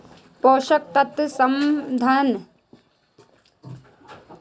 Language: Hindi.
पोषक तत्व समाधान हाइड्रोपोनिक्स को हम घर में भी बना सकते हैं